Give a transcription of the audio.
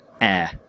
Air